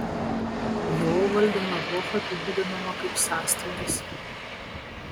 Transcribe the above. jo valdymo epocha apibūdinama kaip sąstingis